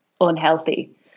unhealthy